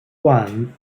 one